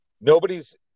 nobody's